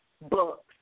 books